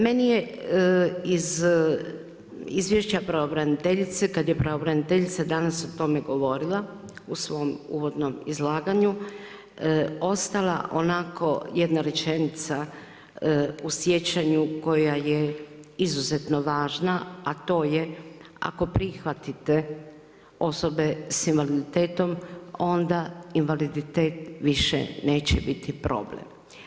Meni je iz izvješća pravobraniteljice, kada je pravobraniteljica danas o tome govorila u svom uvodnom izlaganju ostala onako jedna rečenica u sjećanju koja je izuzetno važna a to je ako prihvatite osobe sa invaliditetom onda invaliditet više neće biti problem.